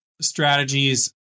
strategies